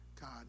God